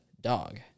Dog